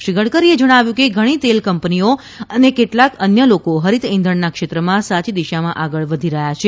શ્રી ગડકરીએ જણાવ્યું કે ઘણી તેલ કંપનીઓ અને કેટલાક અન્ય લોકો હરિત ઇંઘણના ક્ષેત્રમાં સાચી દિશામાં આગળ વધી રહ્યા છે